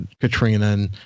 Katrina